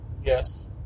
yes